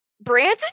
Brandon